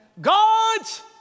God's